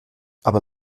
aber